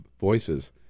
voices